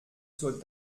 zur